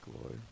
Lord